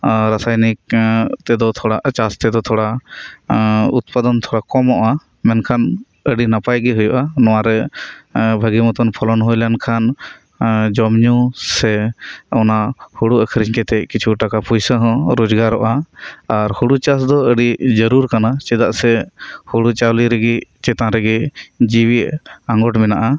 ᱟᱨ ᱨᱟᱥᱟᱭᱱᱤᱠ ᱪᱟᱥ ᱛᱮᱫᱚ ᱩᱛᱯᱟᱫᱚᱱ ᱛᱷᱚᱲᱟ ᱠᱚᱢᱚᱜ ᱟ ᱮᱱᱠᱷᱟᱱ ᱟᱹᱰᱤ ᱱᱟᱯᱟᱭᱜᱤ ᱦᱩᱭᱩᱜ ᱟ ᱱᱚᱣᱟᱨᱮ ᱵᱷᱟᱹᱜᱤ ᱢᱚᱛᱚᱱ ᱯᱷᱚᱞᱚᱱ ᱦᱩᱭᱞᱮᱱᱠᱷᱟᱱ ᱡᱚᱢᱧᱩ ᱥᱮ ᱚᱱᱟ ᱦᱩᱲᱩ ᱟᱹᱠᱷᱨᱤᱧ ᱠᱟᱛᱮᱜ ᱠᱤᱪᱷᱩ ᱴᱟᱠᱟ ᱯᱚᱭᱥᱟ ᱦᱚᱸ ᱨᱚᱡᱜᱟᱨᱚᱜ ᱟ ᱟᱨ ᱦᱩᱲᱩ ᱪᱟᱥ ᱫᱚ ᱟᱹᱰᱤ ᱡᱟᱹᱨᱩᱲ ᱠᱟᱱᱟ ᱪᱮᱫᱟᱜ ᱥᱮ ᱦᱩᱲᱩ ᱪᱟᱣᱞᱮ ᱨᱤᱜᱤ ᱪᱮᱛᱟᱱ ᱨᱤᱜᱤ ᱡᱤᱣᱤ ᱟᱸᱜᱚᱰ